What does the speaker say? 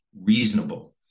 reasonable